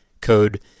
code